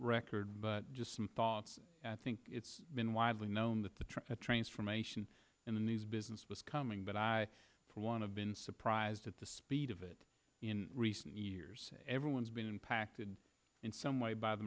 record but just some thoughts think it's been widely known that the trip to transfer mation in the news business was coming but i for one of been surprised at the speed of it in recent years everyone's been impacted in some way by the